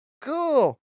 cool